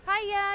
Hiya